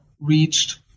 reached